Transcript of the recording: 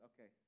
okay